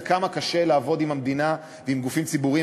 כמה קשה לעבוד עם המדינה ועם גופים ציבוריים,